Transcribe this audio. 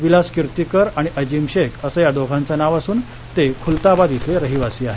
विलास किर्तीकर आणि अजिम शेख असं या दोघांचं नाव असून ते खुलताबाद इथले रहिवासी आहेत